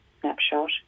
snapshot